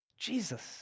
Jesus